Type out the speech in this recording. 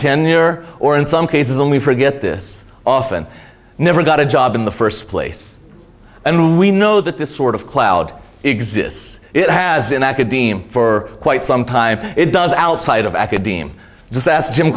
tenure or in some cases and we forget this often never got a job in the first place and we know that this sort of cloud exists it has in academia for quite some time it does outside of academia to sas jim